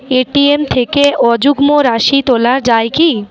ATM থেকে অযুগ্ম রাশি তোলা য়ায় কি?